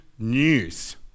news